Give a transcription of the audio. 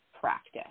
practice